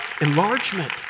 enlargement